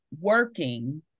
working